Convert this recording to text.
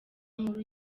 nkuru